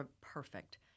perfect